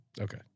Okay